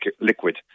liquid